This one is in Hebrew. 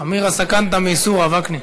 חמירא סכנתא מאיסורא, וקנין.